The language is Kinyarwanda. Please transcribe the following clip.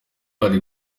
hari